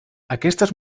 aquestes